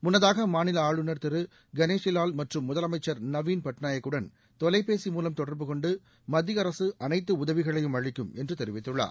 முன்னதாக அம்மாநில ஆளுநர் திரு கணேசிவால் மற்றும் முதலமைச்சர் நவீன்பட்நாயக்குடன் தொலைபேசி மூலம் தொடர்பு கொண்டு மத்திய அரசு அனைத்து உதவிகளையும் அளிக்கும் என்று தெரிவித்துள்ளார்